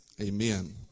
amen